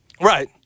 Right